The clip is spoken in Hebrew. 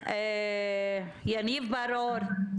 יניב בר אור,